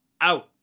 Out